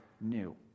new